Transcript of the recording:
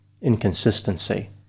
inconsistency